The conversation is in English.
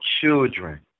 children